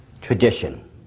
tradition